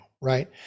right